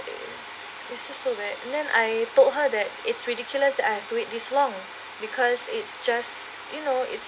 it's just so that and then I told her that it's ridiculous that I have to wait this long because it's just you know it's